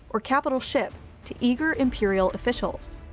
or capital ship to eager imperial officials.